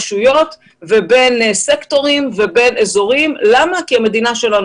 בין סקטורים ובין אזורים כי המדינה שלנו